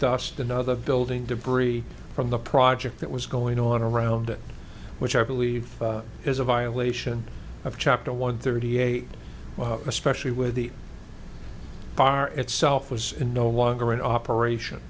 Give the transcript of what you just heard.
dust another building debris from the project that was going on around it which i believe is a violation of chapter one thirty eight especially with the bar itself was no longer in operation